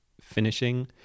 finishing